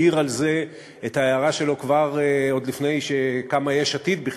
העיר על זה את ההערה שלו עוד לפני שקמה יש עתיד בכלל.